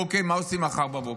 אוקיי, מה עושים מחר בבוקר?